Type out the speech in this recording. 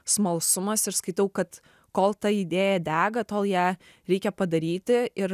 smalsumas ir skaitau kad kol ta idėja dega tol ją reikia padaryti ir